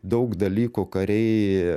daug dalykų kariai